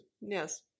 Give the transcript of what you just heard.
Yes